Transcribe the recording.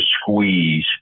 squeeze